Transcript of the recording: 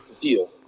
Deal